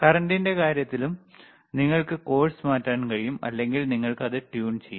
കറന്റ്ൻറെ കാര്യത്തിലും നിങ്ങൾക്ക് കോഴ്സ് മാറ്റാൻ കഴിയും അല്ലെങ്കിൽ നിങ്ങൾക്ക് അത് ട്യൂൺ ചെയ്യാം